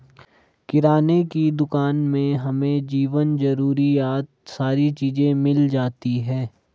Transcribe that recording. किराने की दुकान में हमें जीवन जरूरियात सारी चीज़े मिल जाती है